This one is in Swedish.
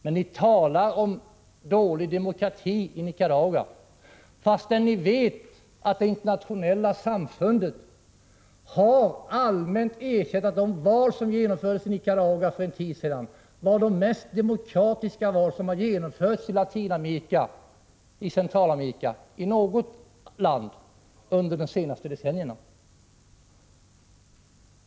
Men ni talar om dålig demokrati i Nicaragua, fastän ni vet att det internationella samfundet allmänt har erkänt att de val som genomfördes i Nicaragua för en tid sedan var de mest demokratiska val som genomförts i något land i Centralamerika under de senaste decennierna.